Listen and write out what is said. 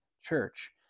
church